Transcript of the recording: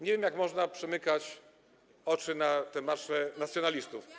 Nie wiem, jak można przymykać oczy na te marsze nacjonalistów.